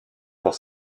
pour